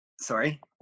sorry